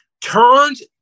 turns